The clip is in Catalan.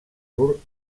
mur